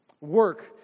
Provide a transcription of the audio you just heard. Work